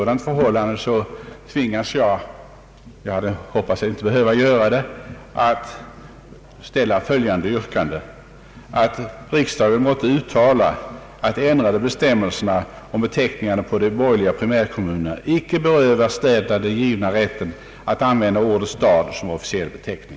Därför tvingas jag — ehuru jag hade hoppats att inte behöva göra det att ställa yrkandet, att »riksdagen måtte uttala att de ändrade bestämmelserna om beteckningarna på de borgerliga primärkommunerna icke berövar städerna den givna rätten att använda ordet stad som officiell beteckning».